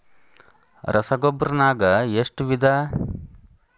ರಸಗೊಬ್ಬರ ನಾಗ್ ಎಷ್ಟು ವಿಧ?